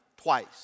twice